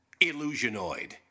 Illusionoid